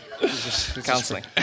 counseling